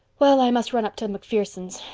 well, i must run up to macphersons'.